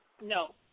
No